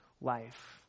life